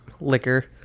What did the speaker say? liquor